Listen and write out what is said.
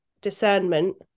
discernment